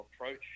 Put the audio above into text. approach